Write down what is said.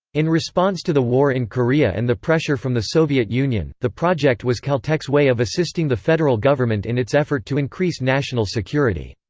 in response to the war in korea and the pressure from the soviet union, the project was caltech's way of assisting the federal government in its effort to increase national security.